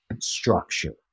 structure